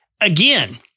Again